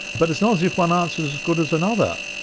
but it's not as if one answer's as good as another,